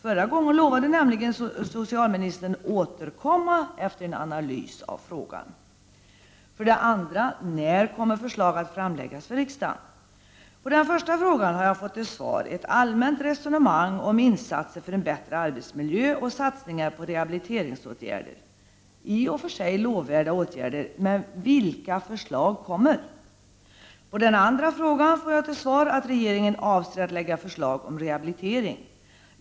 Förra gången lovade nämligen socialministern att återkomma efter en analys av frågan. 2. När kommer förslag att framläggas för riksdagen? På den första frågan har jag fått till svar ett allmänt resonemang om insat ser för en bättre arbetsmiljö och satsningar på rehabiliteringsåtgärder — i och för sig lovvärda åtgärder, men vilka förslag kommer? På den andra frågan får jag till svar att regeringen avser att lägga fram förslag om rehabilitering.